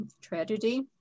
tragedy